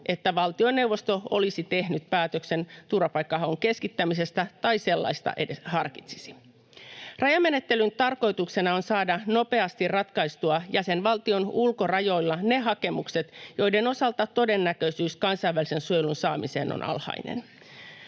että valtioneuvosto olisi tehnyt päätöksen turvapaikkahaun keskittämisestä tai sellaista edes harkitsisi. Rajamenettelyn tarkoituksena on saada nopeasti ratkaistua jäsenvaltion ulkorajoilla ne hakemukset, joiden osalta todennäköisyys kansainvälisen suojelun saamiseen on alhainen.